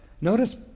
notice